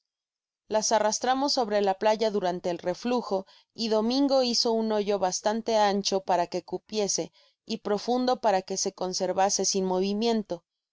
la arrastramos sobre la playa durante el reflujo y domingo hizo un hoyo bastante ancho para que cupiese y profundo para que se conservase sin movimiento